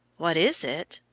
what is it?